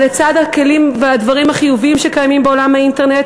אבל לצד הכלים והדברים החיוביים שקיימים בעולם האינטרנט,